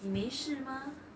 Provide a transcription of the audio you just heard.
你没事吗